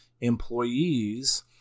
employees